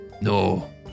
No